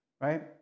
right